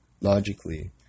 logically